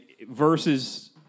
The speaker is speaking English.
versus